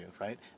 right